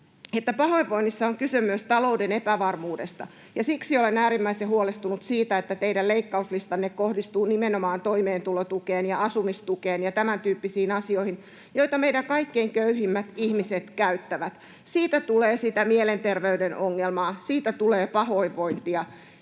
pahoinvoinnissa on kyse myös talouden epävarmuudesta, ja siksi olen äärimmäisen huolestunut siitä, että teidän leikkauslistanne kohdistuu nimenomaan toimeentulotukeen ja asumistukeen ja tämäntyyppisiin asioihin, joita meidän kaikkein köyhimmät ihmiset käyttävät. Siitä tulee sitä mielenterveyden ongelmaa, siitä tulee pahoinvointia.